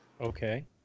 Okay